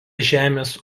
žemės